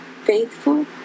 Faithful